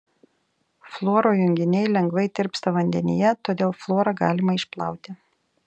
fluoro junginiai lengvai tirpsta vandenyje todėl fluorą galima išplauti